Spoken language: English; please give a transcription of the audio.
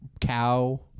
cow